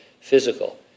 physical